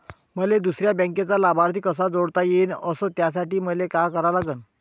मले दुसऱ्या बँकेचा लाभार्थी कसा जोडता येईन, अस त्यासाठी मले का करा लागन?